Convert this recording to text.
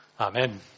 Amen